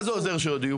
מה זה עוזר שהודיעו?